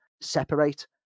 separate